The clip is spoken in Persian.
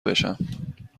بشم